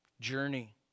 journey